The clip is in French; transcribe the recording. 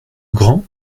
grand